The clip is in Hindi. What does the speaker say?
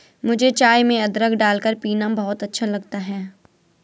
मुझे चाय में अदरक डालकर पीना बहुत अच्छा लगता है